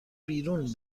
بیرون